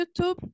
YouTube